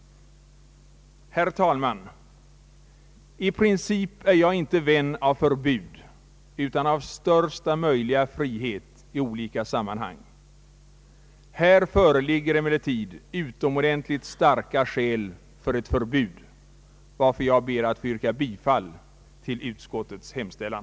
Herr talman! I princip är jag inte vän av förbud utan av största möjliga frihet i olika sammanhang. Här föreligger emellertid utomordentligt starka skäl för ett förbud, varför jag ber att få yrka bifall till utskottets hemställan.